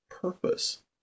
purpose